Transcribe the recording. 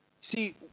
See